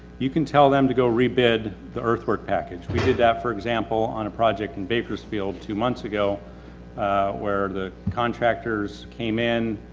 you can tell them to go re-bid the earthwork package. we did that, for example, on a project in bakersfield two months ago where the contractors came in.